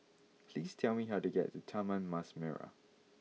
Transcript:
please tell me how to get to Taman Mas Merah